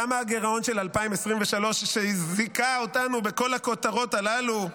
כמה הגירעון של 2023 שזיכה אותנו בכל הכותרות הללו?